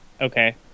okay